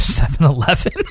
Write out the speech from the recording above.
7-Eleven